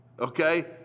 okay